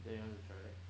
then you want to try where